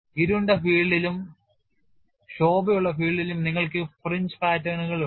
ഇരുണ്ട ഫീൽഡിലും ശോഭയുള്ള ഫീൽഡിലും നിങ്ങൾക്ക് ഫ്രിഞ്ച് പാറ്റേണുകൾ ഉണ്ട്